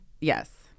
Yes